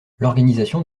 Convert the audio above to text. l’organisation